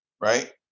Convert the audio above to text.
right